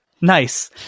Nice